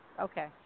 Okay